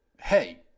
hey